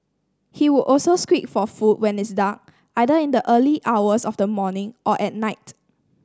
he would also squeak for food when it's dark either in the early hours of the morning or at night